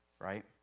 Right